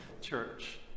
church